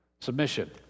Submission